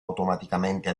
automaticamente